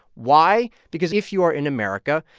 why? because if you are in america,